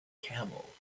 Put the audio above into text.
camel